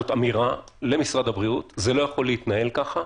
זאת אמירה למשרד הבריאות: זה לא יכול להתנהל ככה,